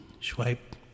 Swipe